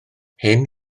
hyn